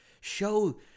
Show